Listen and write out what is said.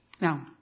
Now